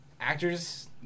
actors